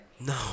No